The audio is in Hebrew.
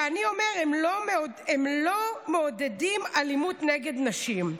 ואני אומר: הם לא מעודדים אלימות נגד נשים.